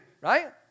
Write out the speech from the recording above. right